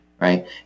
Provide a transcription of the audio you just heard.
Right